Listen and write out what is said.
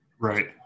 Right